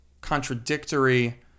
contradictory